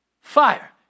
fire